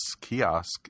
kiosk